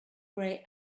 grey